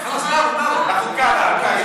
לחוקה.